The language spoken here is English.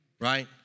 right